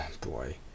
boy